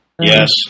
Yes